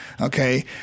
Okay